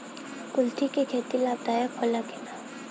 कुलथी के खेती लाभदायक होला कि न?